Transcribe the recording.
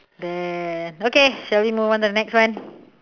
then okay shall we move on to the next one